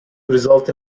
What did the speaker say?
result